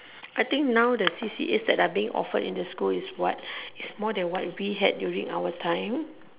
I think now the C_C_A that are being offered in the school is what is more than what we had during our time